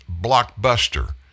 blockbuster